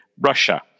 Russia